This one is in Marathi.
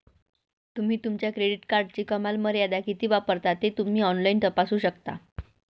तुम्ही तुमच्या क्रेडिट कार्डची कमाल मर्यादा किती वापरता ते तुम्ही ऑनलाइन तपासू शकता